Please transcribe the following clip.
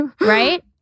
Right